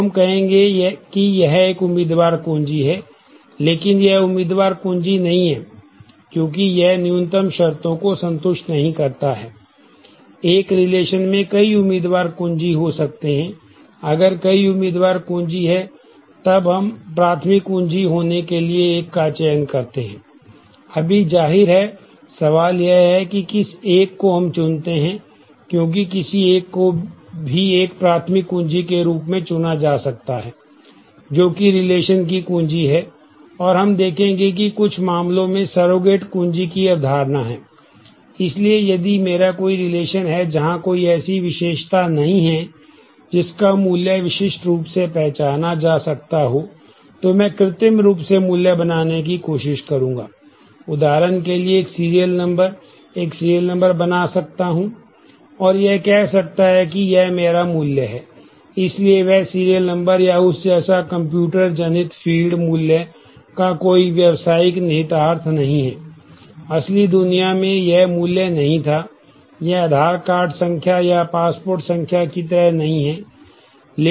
तो हम कहेंगे कि यह एक उम्मीदवार कुंजी है लेकिन यह एक उम्मीदवार कुंजी नहीं है क्योंकि यह न्यूनतम शर्तों को संतुष्ट नहीं करता है